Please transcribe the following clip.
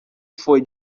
foi